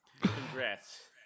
Congrats